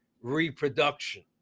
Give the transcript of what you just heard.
reproduction